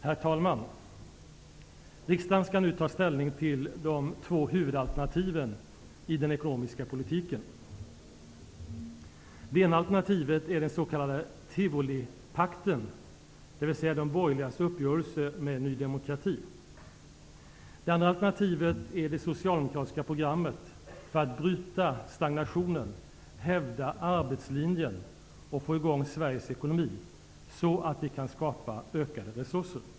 Herr talman! Riksdagen skall nu ta ställning till de två huvudalternativen i den ekonomiska politiken: -- Det ena alternativet är den s.k. tivolipakten, dvs. -- Det andra alternativet är det socialdemokratiska programmet för att bryta stagnationen, hävda arbetslinjen och få i gång Sveriges ekonomi så att vi kan skapa ökade resurser. 1.